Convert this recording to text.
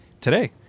today